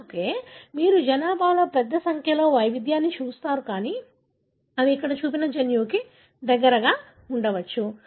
అందుకే మీరు జనాభాలో పెద్ద సంఖ్యలో వైవిధ్యాన్ని చూస్తారు కానీ అవి ఇక్కడ చూపిన జన్యువుకు దగ్గరగా ఉండవచ్చు